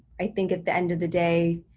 i think at the end of the day,